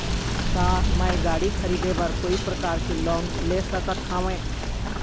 का मैं गाड़ी खरीदे बर कोई प्रकार के लोन ले सकत हावे?